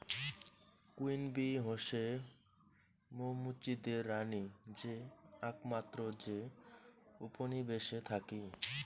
queen bee হসে মৌ মুচিদের রানী যে আকমাত্র যে উপনিবেশে থাকি